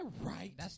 right